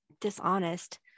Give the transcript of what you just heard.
dishonest